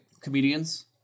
comedians